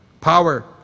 power